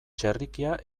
txerrikia